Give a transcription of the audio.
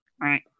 Right